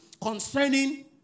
concerning